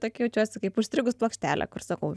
tokia jaučiuosi kaip užstrigus plokštelė kur sakau